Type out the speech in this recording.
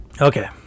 Okay